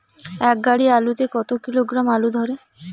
এক গাড়ি আলু তে কত কিলোগ্রাম আলু ধরে?